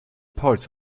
parts